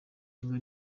ngo